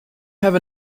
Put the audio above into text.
have